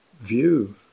view